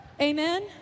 Amen